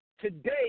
today